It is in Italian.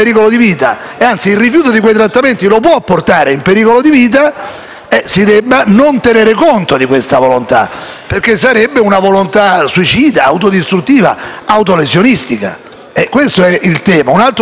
si debba tenere conto di questa volontà, perché sarebbe una volontà suicida, autodistruttiva, autolesionistica. Questo è il tema ed è un tema importante, di cui forse lo scadenzario